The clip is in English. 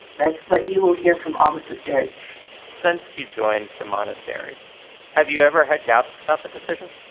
that's what you will hear from all the sisters since you joined the monastery have you ever had doubts about the decision?